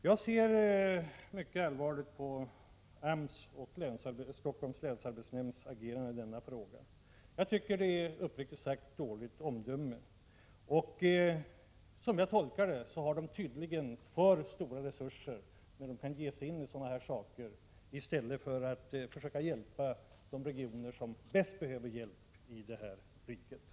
Jag ser mycket allvarligt på AMS och Stockholms länsarbetsnämnds agerande i denna fråga. Jag tycker, uppriktigt sagt, att det tyder på dåligt omdöme. Som jag tolkar det har de tydligen för stora resurser, när de kan ge sig in på sådana här saker i stället för att försöka hjälpa de regioner i det här riket som bäst behöver hjälp.